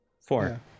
Four